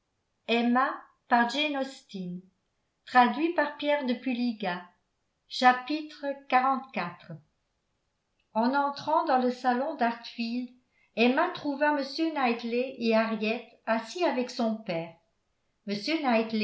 en entrant dans le salon d'harfield emma trouva m knightley et henriette assis avec son père